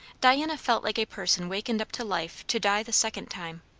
diana felt like a person wakened up to life to die the second time.